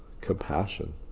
compassion